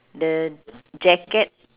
the jacket